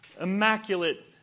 immaculate